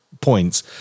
points